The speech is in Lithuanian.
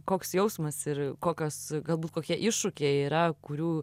koks jausmas ir kokios galbūt kokie iššūkiai yra kurių